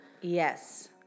Yes